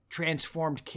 transformed